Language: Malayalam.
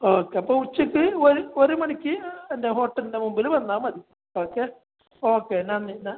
ഓക്കെ അപ്പോൾ ഉച്ചക്ക് ഒരു ഒരു മണിക്ക് എൻ്റെ ഹോട്ടലിൻ്റെ മുമ്പിൽ വന്നാൽ മതി ഓക്കെ ഓക്കെ ഞാൻ ഞാൻ